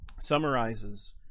summarizes